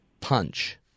punch